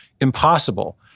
impossible